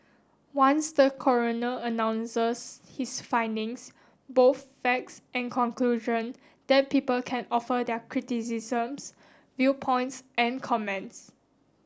once the coroner announces his findings both facts and conclusion then people can offer their criticisms viewpoints an comments